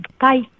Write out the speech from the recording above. Bye